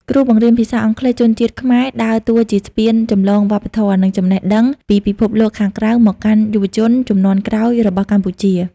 គ្រូបង្រៀនភាសាអង់គ្លេសជនជាតិខ្មែរដើរតួជាស្ពានចម្លងវប្បធម៌ និងចំណេះដឹងពីពិភពលោកខាងក្រៅមកកាន់យុវជនជំនាន់ក្រោយរបស់កម្ពុជា។